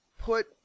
put